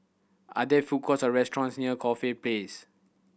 are there food courts or restaurants near Corfe Place